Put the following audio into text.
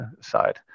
side